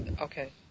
okay